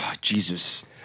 Jesus